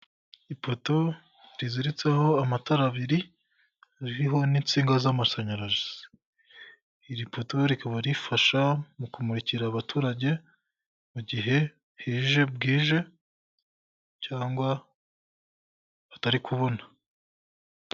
Ipoto riziritseho amatara abiri ririho n'insinga z'amashanyarazi, iri poto rikaba rifasha mu kumurikira abaturage mu gihe hije bwije cyangwa hatari kubona.